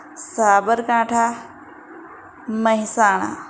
Sabarkantha Mehsana